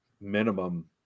minimum